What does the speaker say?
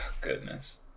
Goodness